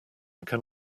can